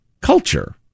culture